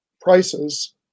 prices